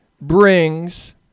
brings